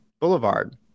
boulevard